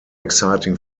exciting